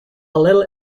little